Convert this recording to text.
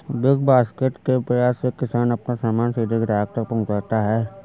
big basket के प्रयास से किसान अपना सामान सीधे ग्राहक तक पहुंचाता है